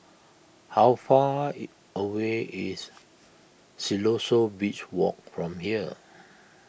how far away is Siloso Beach Walk from here